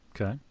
okay